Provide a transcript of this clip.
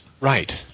Right